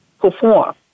perform